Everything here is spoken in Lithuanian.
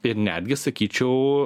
ir netgi sakyčiau